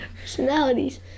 personalities